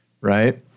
right